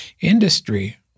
industry